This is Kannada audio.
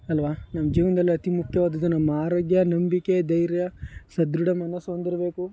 ಅಲ್ವ ನಮ್ಮ ಜೀವನದಲ್ಲಿ ಅತಿ ಮುಖ್ಯವಾದದ್ದು ನಮ್ಮ ಆರೋಗ್ಯ ನಂಬಿಕೆ ಧೈರ್ಯ ಸದೃಢ ಮನಸ್ಸು ಹೊಂದಿರಬೇಕು